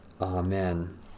Amen